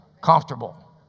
comfortable